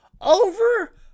over